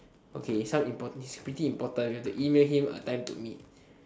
okay some important this is pretty important we have to email him a time to meet